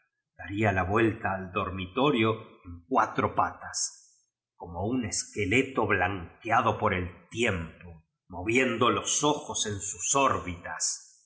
daría la vuelta al dormitorio cu cua tro patas corno un esqueleto blanqueado por el tiempo moviendo los ojos en sus ór